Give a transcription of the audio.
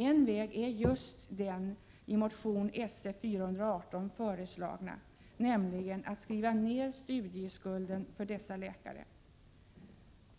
En väg är just den i motion Sf418 föreslagna, nämligen att skriva ned dessa läkares studieskuld.